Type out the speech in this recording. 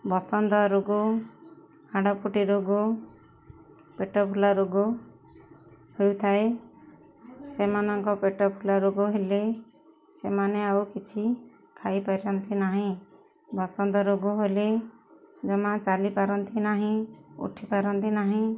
ବସନ୍ତ ରୋଗ ହାଡ଼ଫୁଟି ରୋଗ ପେଟ ଫୁଲା ରୋଗ ହେଇଥାଏ ସେମାନଙ୍କ ପେଟ ଫୁଲା ରୋଗ ହେଲେ ସେମାନେ ଆଉ କିଛି ଖାଇ ପାରନ୍ତି ନାହିଁ ବସନ୍ତ ରୋଗ ହେଲେ ଜମା ଚାଲିପାରନ୍ତି ନାହିଁ ଉଠିପାରନ୍ତି ନାହିଁ